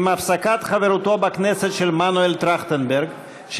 עם הפסקת חברותו של מנואל טרכטנברג בכנסת,